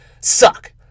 suck